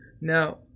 Now